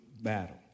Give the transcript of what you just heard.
battle